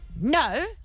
no